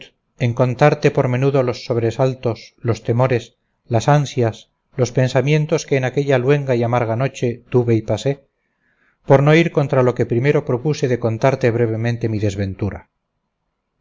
contarte por menudo los sobresaltos los temores las ansias los pensamientos que en aquella luenga y amarga noche tuve y pasé por no ir contra lo que primero propuse de contarte brevemente mi desventura